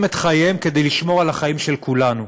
את חייהם כדי לשמור על החיים של כולנו,